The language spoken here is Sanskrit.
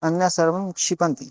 अन्यत्सर्वं क्षिपन्ति